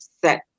set